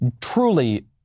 truly